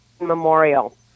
memorial